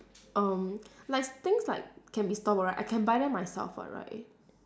um like things like can be store bought I can buy them myself [what] right